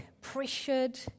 pressured